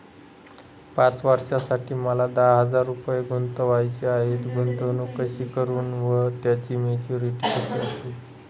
पाच वर्षांसाठी मला दहा हजार रुपये गुंतवायचे आहेत, गुंतवणूक कशी करु व त्याची मॅच्युरिटी कशी असेल?